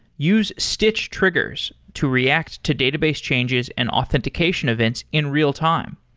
use stitch triggers to react to database changes and authentication events in real-time.